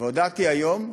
הודעתי היום: